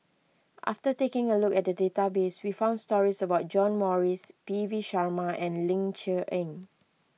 after taking a look at the database we found stories about John Morrice P V Sharma and Ling Cher Eng